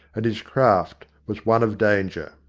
and his craft was one of danger.